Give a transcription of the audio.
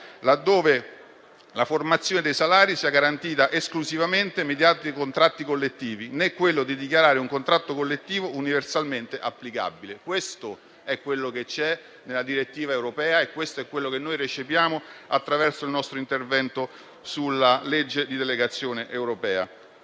laddove la formazione dei salari sia garantita esclusivamente mediante i contratti collettivi, né quello di dichiarare un contratto collettivo universalmente applicabile. Questo è quello che troviamo nella direttiva europea ed è ciò che noi recepiamo attraverso il nostro intervento sul disegno di legge di delegazione europea.